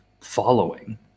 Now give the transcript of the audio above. following